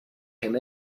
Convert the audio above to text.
him